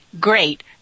great